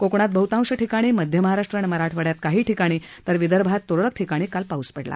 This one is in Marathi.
कोकणात बहतांश ठिकाणी मध्य महाराष्ट्र आणि मराठवाड्यात काही ठिकाणी तर विदर्भात त्रळक ठिकाणी काल पाऊस पडला